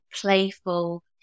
playful